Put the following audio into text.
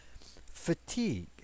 fatigue